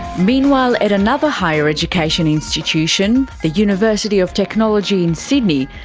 meanwhile at another higher education institution, the university of technology in sydney,